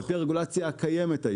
על פי הרגולציה הקיימת,